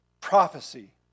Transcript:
prophecy